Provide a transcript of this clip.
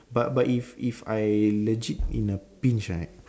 but but if if I legit in a pinch right